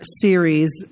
series